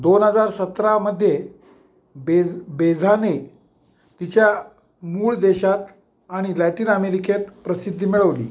दोन हजार सतरामध्ये बेझ बेझाने तिच्या मूळ देशात आणि लॅटिन अमेरिकेत प्रसिद्धी मिळवली